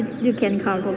you can come for